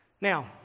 Now